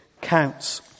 counts